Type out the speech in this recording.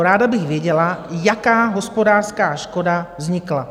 Ráda bych věděla, jaká hospodářská škoda vznikla?